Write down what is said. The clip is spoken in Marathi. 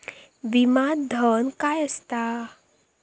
विमा धन काय असता?